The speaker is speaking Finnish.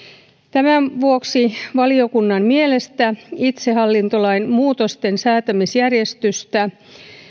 tämän vuoksi valiokunnan mielestä itsehallintolain muutosten säätämisjärjestystä